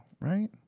right